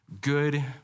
good